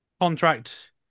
Contract